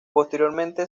posteriormente